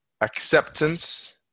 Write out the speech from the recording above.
acceptance